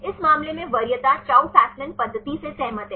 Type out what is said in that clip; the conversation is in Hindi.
इस मामले में वरीयता चाउ फेसमैन पद्धति से सहमत है